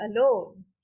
alone